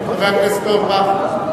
לך תעמוד הזכות לענות לו, חבר הכנסת אורבך.